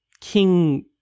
king